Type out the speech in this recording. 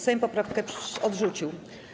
Sejm poprawkę odrzucił.